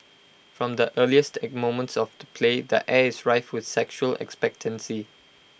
from the earliest moments of the play the air is rife with sexual expectancy